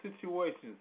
situations